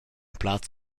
plaz